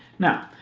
now,